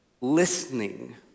listening